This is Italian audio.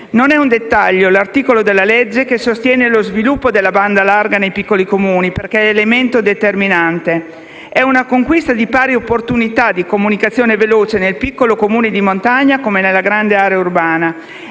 Non è un dettaglio l'articolo della legge che sostiene lo sviluppo della banda larga nei piccoli Comuni, perché questo è un elemento determinante. È una conquista di pari opportunità di comunicazione veloce, nel piccolo Comune di montagna come nella grande area urbana.